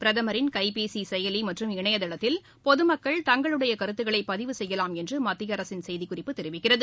பிரதமரின் கைபேசி செயலி மற்றும் இணையதளத்தில் பொதுமக்கள் தங்களுடைய கருத்துகளை பதிவு செய்யலாம் என்று மத்திய அரசின் செய்திக் குறிப்பு தெரிவிக்கிறது